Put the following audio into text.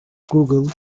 google